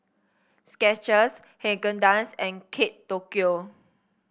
Skechers Haagen Dazs and Kate Tokyo